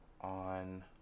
on